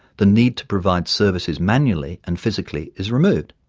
the need to provide services manually and physically is removed,